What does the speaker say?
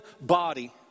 body